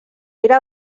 era